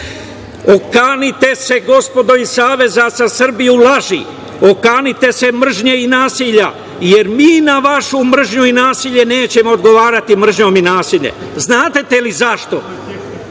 Okanite se, gospodo iz Saveza za Srbiju laži. Okanite se mržnje i nasilja, jer mi na vašu mržnju i nasilje nećemo odgovarati mržnjom i nasiljem. Znate li zašto?